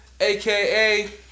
aka